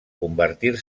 convertir